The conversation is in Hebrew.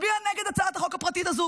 נצביע נגד הצעת החוק הפרטית הזו,